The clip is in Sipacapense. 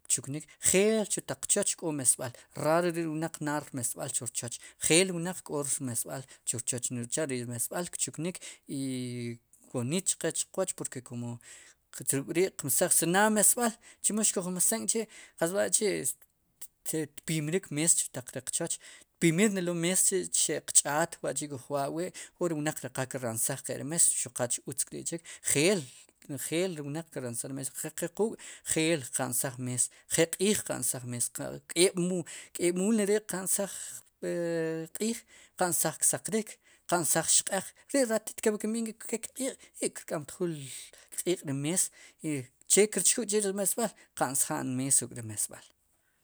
Kchuknik njeel chu taq qchooch k'olik mesb'al raar re ri', ri wnaq naad rmesb'al chu rchoch njeel wnaq k'o rmesb'al chu rchoch no cha'ri mesb'al kchuknik i wooniit chqe chqwooch kum ruk'ri' qmesaj si naad mesb'al chemo xkujmsen k'chi' qatz b'aay kçhi' xtpiimrik mes chu taq ri qchoch pimriknelo mees chi'xe'qch'aat chi' kuj wawi' k'o ri wnaq ri qal kiransaj qe' rmes qa utz kri'chik njel, njel ri wnaq ki ra'nsaj ri mes ri qe quuk' njeel qnsaj mees njeel q'iij qansaj mees keeb' keb'muul neri' qansaj q'iij qansaj ksaq rik qansaj xq'eq rii ratit nk'i kepli kinb'iij ink'i ke kq'iiq' i kir k'amtjul ri kq'iiq ri mees che kirchkuj k'chi' ri mesb'al qansjan mees ruk'ri mesb'al.